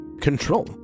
control